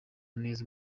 neza